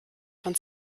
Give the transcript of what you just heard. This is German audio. von